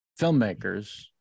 filmmakers